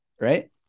Right